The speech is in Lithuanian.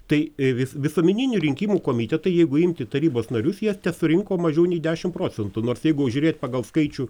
tai vis visuomeninių rinkimų komitetai jeigu imti tarybos narius jie tesurinko mažiau nei dešimt procentų nors jeigu žiūrėti pagal skaičių